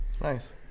Nice